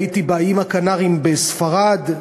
הייתי באיים הקנריים בספרד,